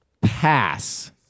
pass